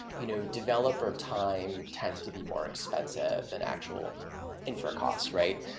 you know developer time tends to be more expensive than actual infra-cost, right?